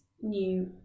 new